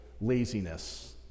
laziness